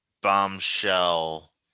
bombshell